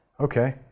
Okay